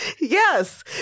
Yes